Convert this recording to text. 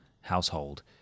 household